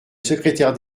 secrétaire